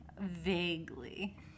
Vaguely